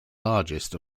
largest